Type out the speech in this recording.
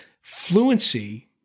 fluency